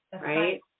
right